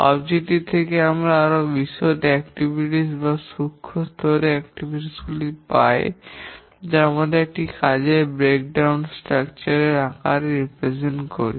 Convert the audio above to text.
উদ্দেশ্য থেকে আমরা আরও বিশদ কার্যক্রম বা সূক্ষ্ম স্তরের কার্যক্রম গুলি পাই যা আমরা একটি কাজের ভাঙ্গন গঠন এর আকারে চিত্রিত করি